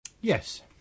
yes